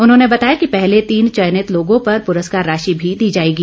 उन्होंने बताया कि पहले तीन चयनित लोगो पर पुरस्कार राशि भी दी जाएगी